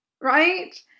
Right